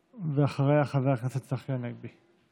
ואחריה, חבר הכנסת צחי הנגבי.